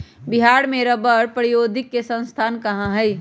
बिहार में रबड़ प्रौद्योगिकी के संस्थान कहाँ हई?